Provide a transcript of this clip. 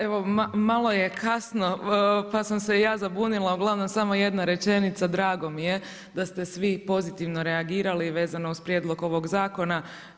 Evo malo je kasno pa sam se i ja zabunila, uglavnom samo jedna rečenica, drago mi je da ste svi pozitivno reagirali vezano uz prijedlog ovog zakona.